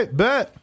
bet